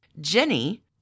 Jenny